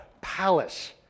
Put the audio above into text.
palace